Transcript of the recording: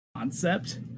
concept